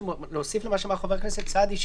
רציתי להוסיף למה שאמר חבר הכנסת סעדי,